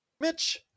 Mitch